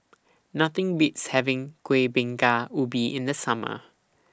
Nothing Beats having Kueh Bingka Ubi in The Summer